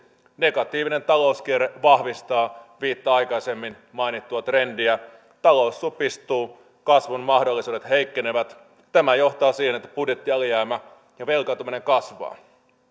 negatiivinen talouskierre vahvistaa viittä aikaisemmin mainittua trendiä talous supistuu kasvun mahdollisuudet heikkenevät tämä johtaa siihen että budjettialijäämä ja velkaantuminen kasvavat